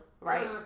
right